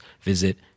visit